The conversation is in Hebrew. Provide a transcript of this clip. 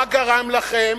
מה גרם לכם,